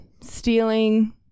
stealing